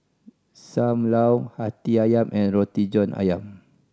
Sam Lau Hati Ayam and Roti John Ayam